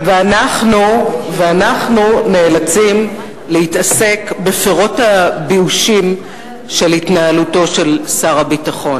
ואנחנו נאלצים להתעסק בפירות הבאושים של התנהלותו של שר הביטחון.